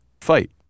fight